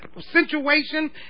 situation